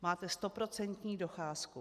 Máte stoprocentní docházku.